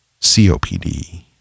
COPD